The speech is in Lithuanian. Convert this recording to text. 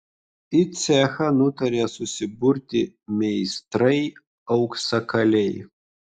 į cechą nutarė susiburti meistrai auksakaliai